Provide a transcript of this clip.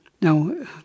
Now